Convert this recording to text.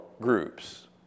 groups